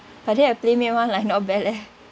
but then a PlayMade [one] like not bad leh